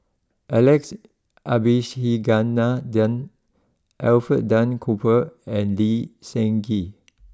Alex Abisheganaden Alfred Duff Cooper and Lee Seng Gee